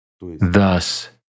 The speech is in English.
Thus